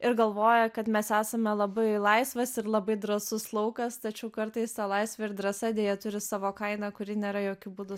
ir galvoja kad mes esame labai laisvas ir labai drąsus laukas tačiau kartais ta laisvė ir drąsa deja turi savo kainą kuri nėra jokiu būdu